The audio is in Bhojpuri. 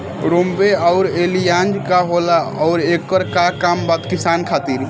रोम्वे आउर एलियान्ज का होला आउरएकर का काम बा किसान खातिर?